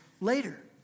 later